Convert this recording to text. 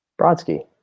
Brodsky